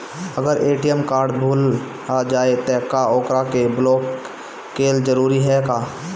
अगर ATM card भूला जाए त का ओकरा के बलौक कैल जरूरी है का?